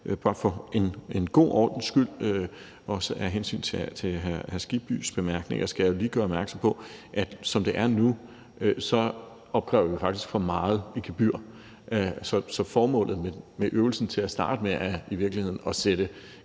bare for en god ordens skyld – og også som svar til hr. Skibbys bemærkninger – gøre opmærksom på, at vi, som det er nu, faktisk opkræver for meget i gebyr, så formålet med øvelsen er til at starte med i virkeligheden at sætte